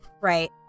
Right